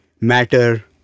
matter